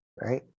right